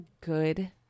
good